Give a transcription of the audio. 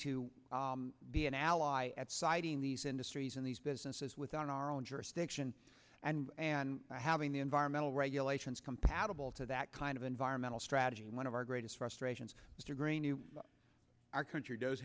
to be an ally at siding these industries in these businesses within our own jurisdiction and having the environmental regulations compatible to that kind of environmental strategy one of our greatest frustrations our country does